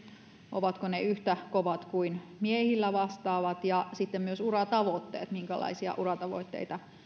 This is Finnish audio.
ovatko ne yhtä kovat kuin miehillä vastaavat ja myös minkälaisia uratavoitteita